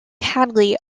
hadley